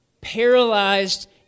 paralyzed